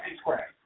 Square